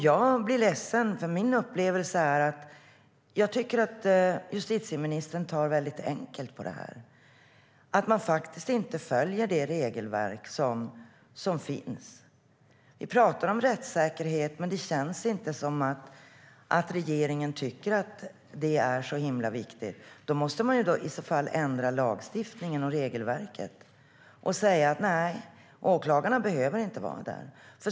Jag blir ledsen, för jag tycker att justitieministern tar väldigt lätt på att det regelverk som finns inte följs. Vi talar om rättssäkerhet, men det känns inte som att regeringen tycker att det är så väldigt viktigt. I annat fall måste lagstiftningen och regelverket ändras där det sägs att åklagare inte behöver vara närvarande.